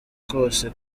kose